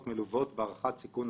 שבוע טוב לך, אדוני, מר דורון ספיר,